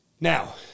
Now